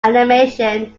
animation